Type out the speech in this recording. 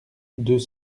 deux